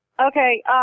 Okay